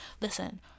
listen